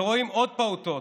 ורואים עוד פעוטות,